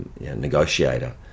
negotiator